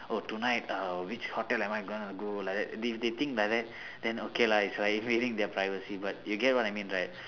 oh tonight uh which hotel am I gonna go like that if they think like that then okay lah it's like invading their privacy but you get what I mean right